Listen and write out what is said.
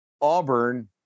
Auburn